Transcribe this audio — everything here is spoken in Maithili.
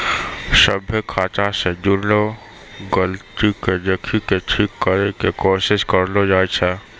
सभ्भे खाता से जुड़लो गलती के देखि के ठीक करै के कोशिश करलो जाय छै